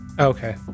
Okay